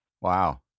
Wow